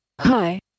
Hi